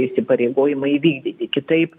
įsipareigojimą įvykdyti kitaip